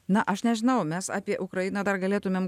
na aš nežinau mes apie ukrainą dar galėtumėm